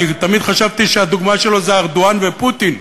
תמיד חשבתי שהדוגמה שלו היא ארדואן ופוטין,